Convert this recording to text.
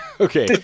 Okay